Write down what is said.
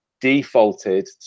defaulted